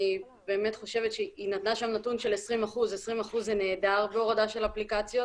היא נתנה שם נתון של 20%. 20% זה נהדר בהורדה של אפליקציות.